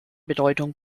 bedeutung